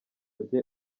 rye